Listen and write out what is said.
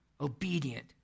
obedient